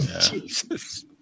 Jesus